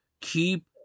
keep